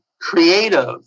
creative